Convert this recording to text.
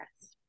Yes